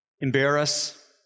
embarrass